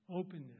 Openness